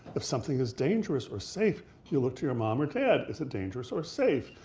if something is dangerous or safe, you look to your mom or dad, is it dangerous or safe?